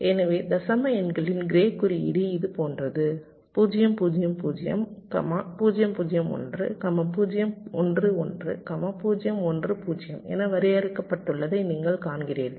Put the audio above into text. எனவே தசம எண்களின் க்ரே குறியீடு இது போன்ற 0 0 0 0 0 1 0 1 1 0 1 0 என வரையறுக்கப்பட்டுள்ளதை நீங்கள் காண்கிறீர்கள்